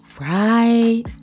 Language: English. Right